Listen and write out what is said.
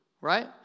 right